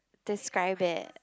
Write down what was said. describe it